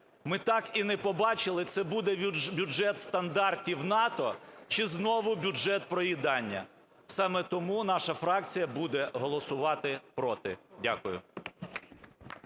ми так і не побачили, це буде бюджет стандартів НАТО чи знову бюджет проїдання. Саме тому наша фракція буде голосувати проти. Дякую.